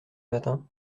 matin